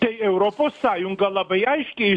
tai europos sąjunga labai aiškiai